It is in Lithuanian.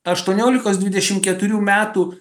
aštuoniolikos dvidešim keturių metų